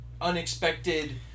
unexpected